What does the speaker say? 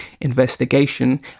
investigation